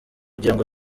gikorwa